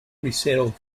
resettled